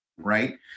right